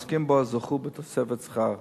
והעוסקים בו זכו בתוספת שכר,